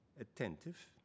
attentive